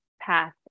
path